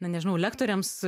na nežinau lektoriams